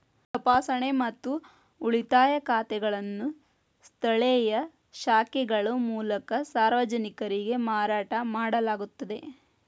ತಪಾಸಣೆ ಮತ್ತು ಉಳಿತಾಯ ಖಾತೆಗಳನ್ನು ಸ್ಥಳೇಯ ಶಾಖೆಗಳ ಮೂಲಕ ಸಾರ್ವಜನಿಕರಿಗೆ ಮಾರಾಟ ಮಾಡಲಾಗುತ್ತದ